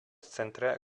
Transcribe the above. centre